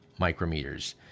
micrometers